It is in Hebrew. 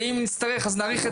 ואם נצטרך נאריך,